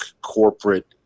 corporate